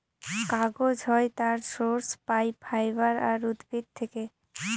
কাগজ হয় তার সোর্স পাই ফাইবার আর উদ্ভিদ থেকে